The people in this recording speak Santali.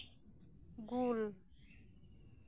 ᱜᱩᱞ